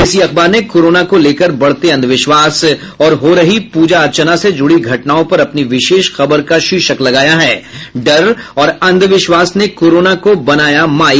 इसी अखबार ने कोरोना को लेकर बढ़ते अंधविश्वास और हो रही पूर्जा अर्चना से जुड़ी घटनाओं पर अपनी विशेष खबर का शीर्षक लगाया है डर और अंधविश्वास ने कोरोना को बनाया माई